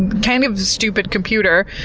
kind of stupid computer.